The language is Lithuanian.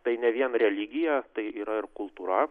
tai ne vien religija tai yra ir kultūra